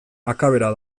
akabera